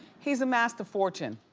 he's amassed a fortune.